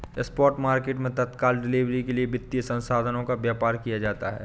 spot market मैं तत्काल delivery के लिए वित्तीय साधनों का व्यापार किया जाता है